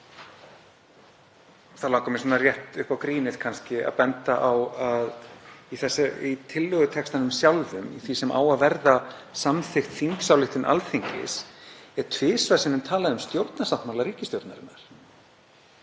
þá langar mig rétt upp á grínið kannski að benda á að í tillögutextanum sjálfum, því sem á að verða samþykkt þingsályktun Alþingis, er tvisvar sinnum talað um stjórnarsáttmála ríkisstjórnarinnar.